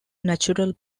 natural